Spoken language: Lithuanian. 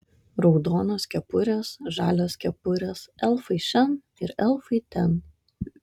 raudonos kepurės žalios kepurės elfai šen ir elfai ten